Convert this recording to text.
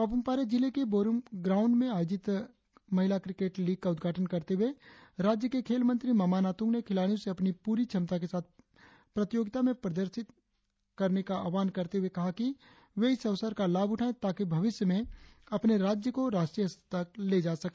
पापुम पारे जिले के बरुम ग्राउंड में आयोजित महिला क्रिकेट लीग का उद्घाटन करते हुए राज्य के खेल मंत्री मामा नातूंग ने खिलाड़ियो से अपनी प्ररी क्षमता के साथ प्रतियोगिता में प्रदर्शन करने का आह्वान करते हुए कहा कि वे इस अवसर का लाभ उठाए ताकि बविष्य में अपने राज्य को राष्ट्रीय स्तर पर ले जा सके